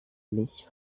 mich